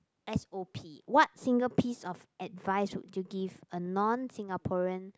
S_O_P what single piece of advice would you give a non Singaporean